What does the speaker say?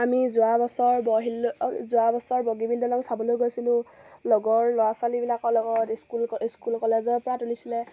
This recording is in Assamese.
আমি যোৱা বছৰ বৰশিল যোৱা বছৰ বগীবিল দলং চাবলৈ গৈছিলোঁ লগৰ ল'ৰা ছোৱালীবিলাকৰ লগত স্কুল স্কুল কলেজৰ পৰা তুলিছিলে